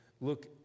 look